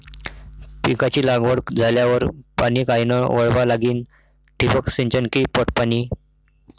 पिकाची लागवड झाल्यावर पाणी कायनं वळवा लागीन? ठिबक सिंचन की पट पाणी?